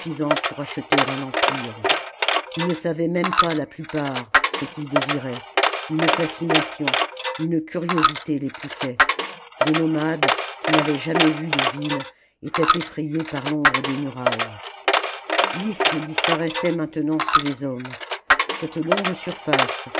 pour acheter un empire ils ne savaient même pas la plupart ce qu'ils désiraient une fascination une curiosité les poussait des nomades qui n'avaient jamais vu de ville étaient effrajés par l'ombre des murailles l'isthme disparaissait maintenant sous les hommes cette longue surface